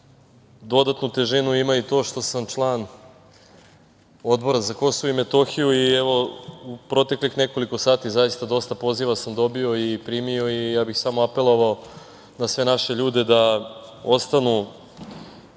Srbe. Dodatnu težinu ima i to što sam član Odbora za Kosovo i Metohiju i, evo, u proteklih nekoliko sati zaista dosta poziva sam dobio i primio i samo bih apelovao na sve naše ljude da ostanu